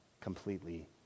completely